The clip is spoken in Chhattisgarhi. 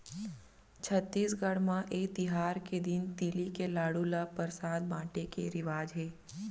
छत्तीसगढ़ म ए तिहार के दिन तिली के लाडू ल परसाद बाटे के रिवाज हे